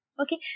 okay